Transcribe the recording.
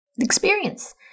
experience